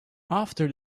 after